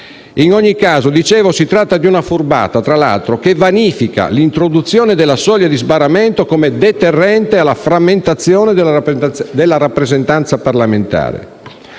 In ogni caso, si tratta di una furbata che tra l'altro vanifica l'introduzione della soglia di sbarramento come deterrente alla frammentazione della rappresentanza parlamentare.